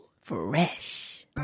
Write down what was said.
Fresh